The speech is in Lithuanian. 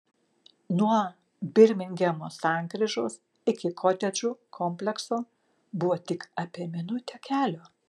nuo birmingemo sankryžos iki kotedžų komplekso buvo tik apie minutę kelio